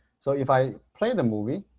so if i play the movie,